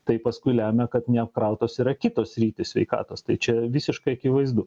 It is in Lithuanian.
tai paskui lemia kad neapkrautos yra kitos sritys sveikatos tai čia visiškai akivaizdu